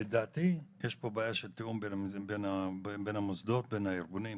לדעתי יש פה בעיה של תיאום בין המוסדות ובין הארגונים.